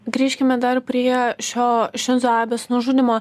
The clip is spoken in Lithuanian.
grįžkime dar prie šio šinzo abės nužudymo